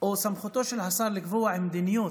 או סמכותו של השר לקבוע מדיניות,